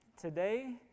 Today